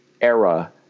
era